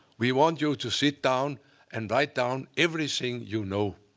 we want you to sit down and write down everything you know